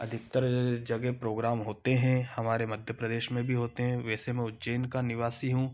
अधिकतर जगह प्रोग्राम होते हैं हमारे मध्य प्रदेश में भी होते हैं वैसे में उज्जैन का निवासी हूँ